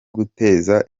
guteza